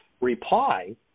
reply